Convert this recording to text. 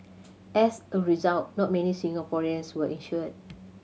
as a result not many Singaporeans were insured